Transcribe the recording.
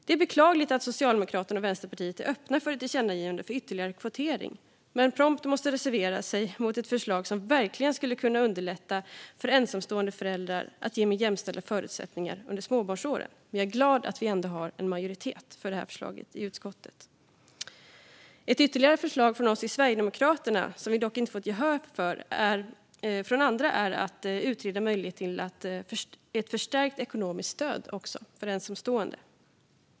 Det är beklagligt att Socialdemokraterna och Vänsterpartiet är öppna för ett tillkännagivande om ytterligare kvotering men prompt måste reservera sig mot ett förslag som verkligen skulle kunna underlätta för ensamstående föräldrar och ge mer jämställda förutsättningar under småbarnsåren. Men jag är glad att en majoritet i utskottet ändå står bakom det förslaget. Ytterligare ett förslag från oss i Sverigedemokraterna, som vi dock inte har fått gehör för från andra, är att utreda möjligheten till ett förstärkt ekonomiskt stöd för ensamstående.